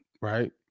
right